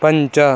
पञ्च